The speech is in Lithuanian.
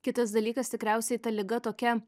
kitas dalykas tikriausiai ta liga tokia